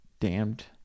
damned